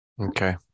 Okay